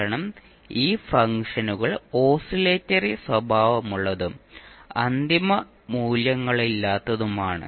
കാരണം ഈ ഫംഗ്ഷനുകൾ ഓസിലേറ്ററി സ്വഭാവമുള്ളതും അന്തിമ മൂല്യങ്ങളില്ലാത്തതുമാണ്